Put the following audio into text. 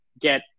get